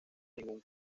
ningún